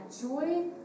joy